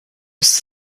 ist